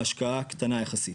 ההשקעה קטנה יחסית,